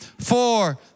four